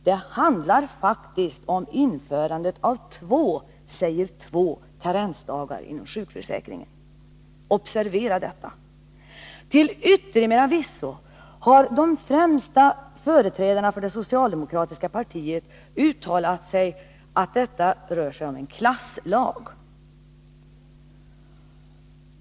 Det handlar faktiskt om införandet av två, säger två, karensdagar inom sjukförsäkringen. Observera detta! Till yttermera visso har de främsta företrädarna för det socialdemokratiska partiet uttalat att det rör sig om en klasslag.